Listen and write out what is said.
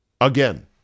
Again